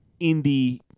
indie